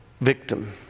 victim